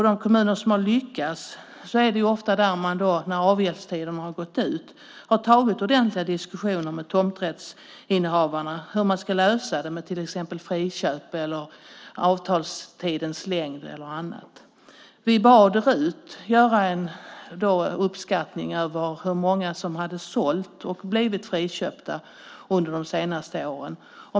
De kommuner som har lyckats är ofta de där man när avgäldstiden har gått ut har tagit ordentliga diskussioner med tomträttsinnehavarna om hur man ska lösa det, till exempel med friköp eller med avtalstidens längd. Vi bad RUT att göra en uppskattning av hur många som hade sålt och blivit friköpta under de senaste åren.